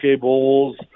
bowls